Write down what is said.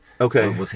Okay